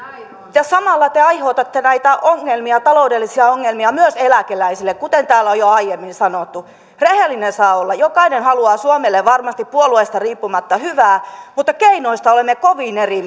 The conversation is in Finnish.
niin samalla te aiheutatte näitä taloudellisia ongelmia myös eläkeläisille kuten täällä on jo aiemmin sanottu rehellinen saa olla jokainen haluaa suomelle varmasti puolueesta riippumatta hyvää mutta keinoista olemme kovin eri